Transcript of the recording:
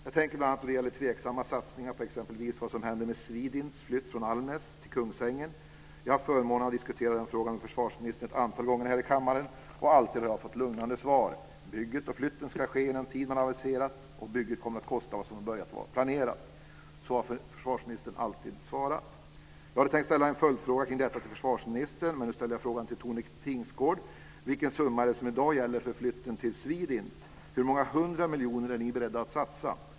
Jag tänker bl.a., då det gäller tveksamma satsningar, på exempelvis vad som händer med Swedints flyttning från Almnäs till Kungsängen. Jag har haft förmånen att diskutera den frågan med försvarsministern ett antal gånger här i kammaren, och alltid har jag fått lugnande svar: Bygget och flytten ska ske inom den tid man aviserat, och bygget kommer att kosta vad som från början var planerat. Så har försvarsministern alltid svarat. Jag hade tänkt ställa en följdfråga kring detta till försvarsministern, men nu ställer jag frågan till Tone Tingsgård: Vilken summa är det som i dag gäller för flytten av Swedint? Hur många hundra miljoner är ni beredda att satsa?